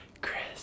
Chris